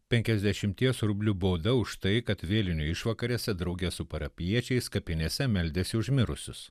penkiasdešimties rublių bauda už tai kad vėlinių išvakarėse drauge su parapijiečiais kapinėse meldėsi už mirusius